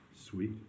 Sweet